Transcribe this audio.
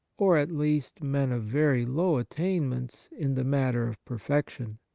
or at least men of very low attain ments in the matter of perfection.